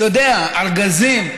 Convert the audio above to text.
אתה יודע, ארגזים.